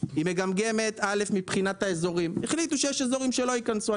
היא מגמגמת מבחינת האזורים החליטו שיש אזורים שלא ייכנסו,